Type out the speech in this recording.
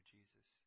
Jesus